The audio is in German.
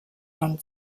rund